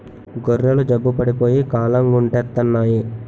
గొర్రెలు జబ్బు పడిపోయి కాలుగుంటెత్తన్నాయి